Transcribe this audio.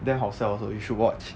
damn 好笑 also you should watch